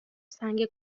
سنگ